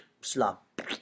Slop